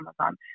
Amazon